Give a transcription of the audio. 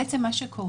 בעצם מה שקורה,